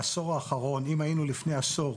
אם לפני עשור